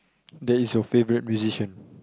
that is your favourite musician